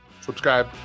Subscribe